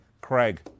Craig